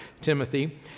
Timothy